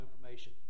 information